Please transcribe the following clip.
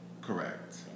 Correct